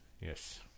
Yes